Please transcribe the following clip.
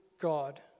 God